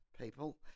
people